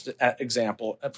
example